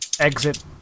exit